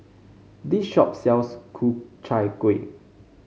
this shop sells Ku Chai Kueh